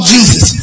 Jesus